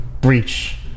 breach